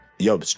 Yo